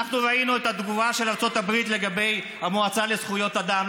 אנחנו ראינו את התגובה של ארצות הברית לגבי המועצה לזכויות אדם.